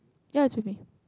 ya is with me